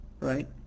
right